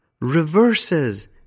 reverses